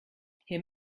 hier